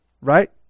right